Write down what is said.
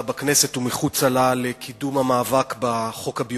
בכנסת ומחוץ לה לקידום המאבק בחוק הביומטרי,